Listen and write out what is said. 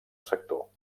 sector